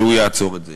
שהוא יעצור את זה